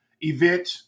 event